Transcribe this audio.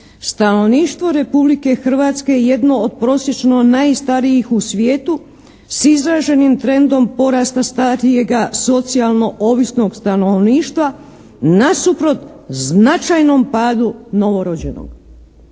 stanovništvo Republike Hrvatske jedno od prosječno najstarijih u svijetu s izraženim trendom porasta starijega, socijalno ovisnog stanovništva nasuprot značajnom padu novorođenog.